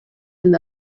and